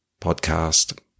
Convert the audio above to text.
podcast